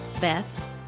Beth